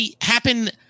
happen